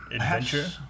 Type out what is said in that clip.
Adventure